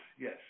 yes